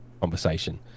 conversation